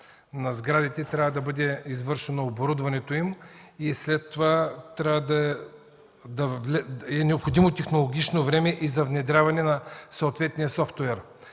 на сградите трябва да бъде извършено оборудването им. Необходимо е технологично време и за внедряване на съответния софтуер.